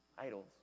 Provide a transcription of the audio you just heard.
Idols